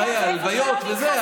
הלוויות וזה,